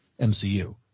MCU